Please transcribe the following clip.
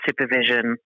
supervision